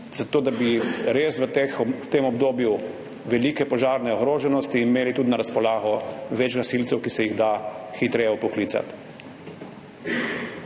zato da bi res imeli v tem obdobju velike požarne ogroženosti na razpolago tudi več gasilcev, ki se jih da hitreje vpoklicati.